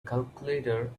calculator